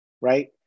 right